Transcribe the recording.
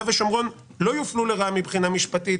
ושומרון ש-"לא יופלו מבחינה משפטית",